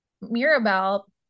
Mirabelle